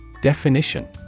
Definition